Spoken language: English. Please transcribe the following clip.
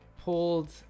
pulled